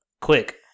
quick